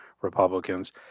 Republicans